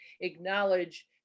acknowledge